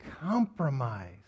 compromise